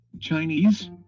Chinese